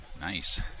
nice